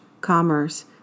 commerce